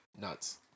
Nuts